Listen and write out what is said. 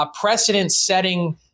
precedent-setting